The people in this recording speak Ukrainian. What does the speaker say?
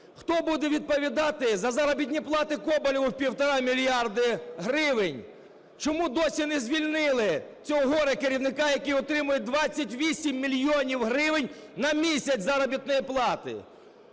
хто буде відповідати за заробітні плати Коболєву в 1,5 мільярди гривень, чому й досі не звільнили цього горе-керівника, який отримує 28 мільйонів гривень на місяць заробітної плати;